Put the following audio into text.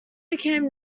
became